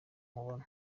nkubona